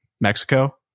Mexico